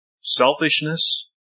Selfishness